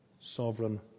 sovereign